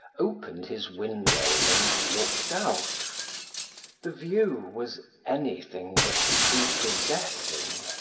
opened his window, and looked out the view was anything but prepossessing.